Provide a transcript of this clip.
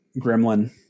gremlin